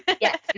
Yes